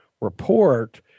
report